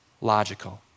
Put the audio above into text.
logical